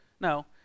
no